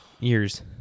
ears